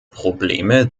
probleme